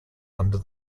under